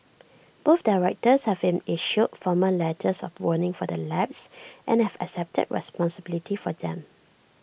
both directors have been issued formal letters of warning for their lapses and have accepted responsibility for them